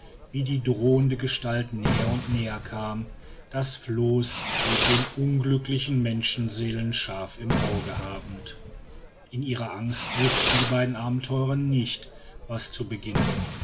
wie die drohende gestalt näher und näher kam das floß mit den unglücklichen menschenseelen scharf im auge habend in ihrer angst wußten die beiden abenteurer nicht was zu beginnen